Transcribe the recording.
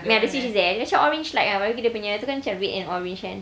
ya the switch is there that's why orange light macam dia punya tu kan orange kan